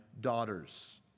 daughters